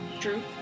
True